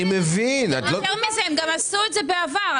הם גם עשו את זה בעבר.